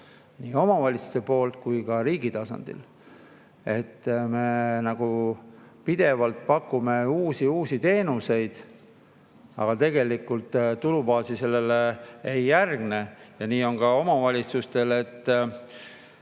nii omavalitsuste kui ka riigi tasandil. Me pidevalt pakume uusi teenuseid, aga tegelikult tulubaasi sellele ei järgne ja nii on ka omavalitsustel.